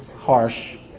harsh.